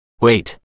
Wait